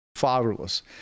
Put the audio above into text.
fatherless